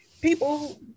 people